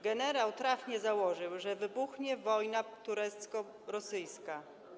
Generał trafnie założył, że wybuchnie wojna turecko-rosyjska.